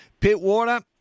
Pitwater